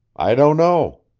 i don't know.